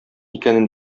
икәнен